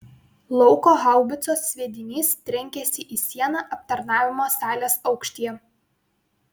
lauko haubicos sviedinys trenkėsi į sieną aptarnavimo salės aukštyje